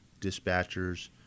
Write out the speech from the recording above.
dispatchers